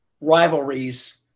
rivalries